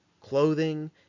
clothing